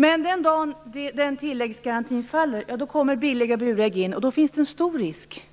Men den dag som vår tilläggsgaranti faller kommer billiga burägg in, och då finns en stor risk